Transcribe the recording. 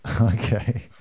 Okay